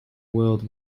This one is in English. world